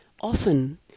often